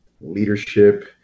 leadership